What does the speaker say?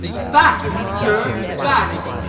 fact, sir, fact.